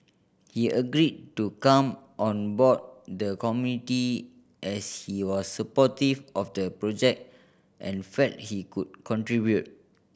he agreed to come on board the committee as he was supportive of the project and felt he could contribute